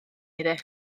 iddi